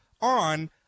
on